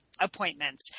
appointments